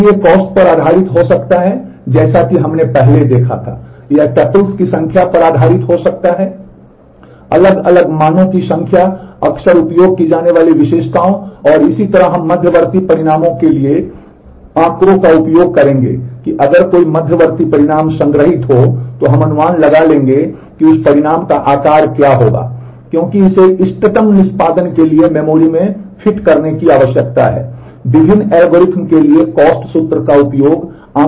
इसलिए कॉस्ट सूत्र का उपयोग आँकड़ों के माध्यम से भी किया जाएगा